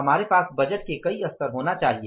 हमारे पास बजट के कई स्तर होना चाहिए